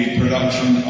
production